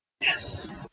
yes